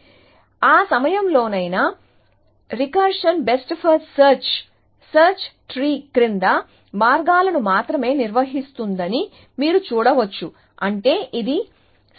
కాబట్టి ఏ సమయంలోనైనా recursive best first search search tree క్రింద మార్గాలను మాత్రమే నిర్వహిస్తుందని మీరు చూడవచ్చు అంటే ఇది